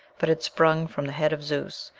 but had sprung from the head of zeus,